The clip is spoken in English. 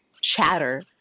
chatter